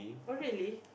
oh really